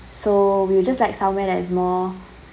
so we will just like somewhere that is more